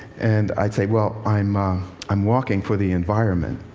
and i'd say, well, i'm um i'm walking for the environment.